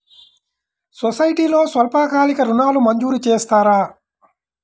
సొసైటీలో స్వల్పకాలిక ఋణాలు మంజూరు చేస్తారా?